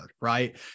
Right